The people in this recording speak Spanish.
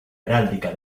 heráldica